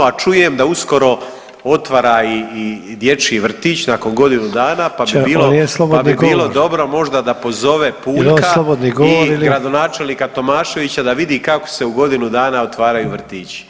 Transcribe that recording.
A čujem da uskoro otvara i dječji vrtić nakon godinu dana pa bi bilo dobro [[Upadica Sanader: … ovo nije slobodni govor.]] Pa bi bilo dobro možda da pozove Puljka [[Upadica Sanader: Jel' ovo slobodni govor?]] I gradonačelnika Tomaševića da vidi kako se u godinu dana otvaraju vrtići.